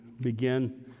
begin